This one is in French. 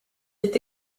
est